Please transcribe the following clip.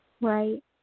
Right